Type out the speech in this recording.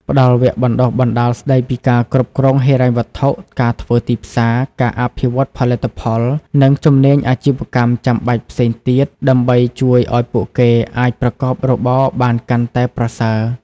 ផ្តល់វគ្គបណ្តុះបណ្តាលស្តីពីការគ្រប់គ្រងហិរញ្ញវត្ថុ ការធ្វើទីផ្សារ ការអភិវឌ្ឍផលិតផល និងជំនាញអាជីវកម្មចាំបាច់ផ្សេងទៀត ដើម្បីជួយឱ្យពួកគេអាចប្រកបរបរបានកាន់តែប្រសើរ ។